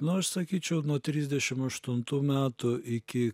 nu aš sakyčiau nuo trisdešim aštuntų metų iki